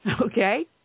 okay